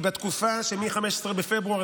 בתקופה שמ-15 בפברואר,